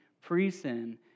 pre-sin